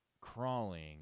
crawling